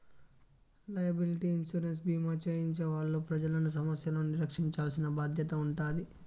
liability insurance భీమా చేయించే వాళ్ళు ప్రజలను సమస్యల నుండి రక్షించాల్సిన బాధ్యత ఉంటాది